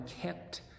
kept